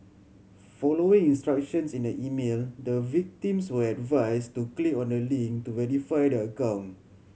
following instructions in the email the victims were advised to click on a link to verify their account